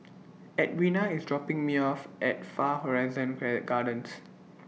Edwina IS dropping Me off At Far Horizon Play Gardens